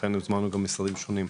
לכן הזמנו גם משרדים שונים,